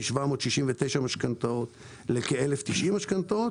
מ-769 משכנתאות לכ-1,090 משכנתאות,